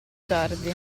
tardi